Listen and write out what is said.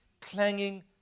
clanging